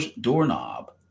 doorknob